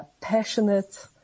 passionate